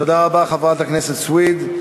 תודה רבה, חברת הכנסת סויד.